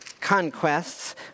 conquests